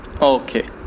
Okay